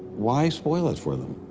why spoil it for them?